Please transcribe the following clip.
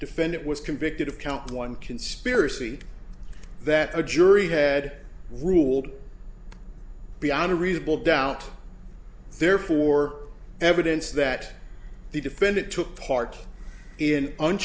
defendant was convicted of count one conspiracy that a jury had ruled beyond a reasonable doubt therefore evidence that the defendant took part in